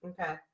Okay